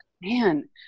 man